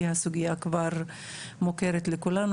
כי הסוגייה כבר מוכרת לכולנו,